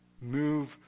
move